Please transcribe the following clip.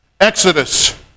exodus